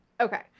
Okay